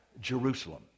Jerusalem